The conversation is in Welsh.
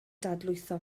dadlwytho